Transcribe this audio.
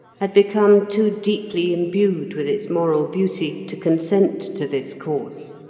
had become too deeply imbued with its moral beauty to consent to this course.